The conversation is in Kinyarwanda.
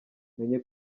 menye